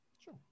sure